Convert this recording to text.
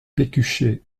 pécuchet